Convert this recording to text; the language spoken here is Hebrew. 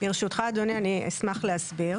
ברשותך אדוני אני אשמח להסביר.